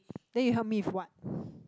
then you help me with what